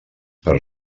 per